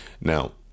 Now